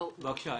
בבקשה,